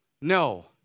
no